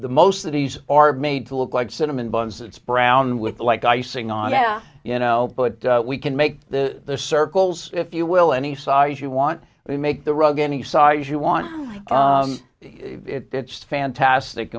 the most of these are made to look like cinnamon buns it's brown with like icing on the you know but we can make the circles if you will any size you want they make the rug any size you want it's fantastic